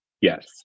Yes